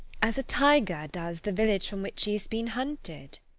as a tiger does the village from which he has been hunted?